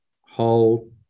hold